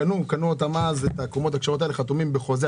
קנו אותם אז, הקומות הכשרות האלה, חתומים בחוזה.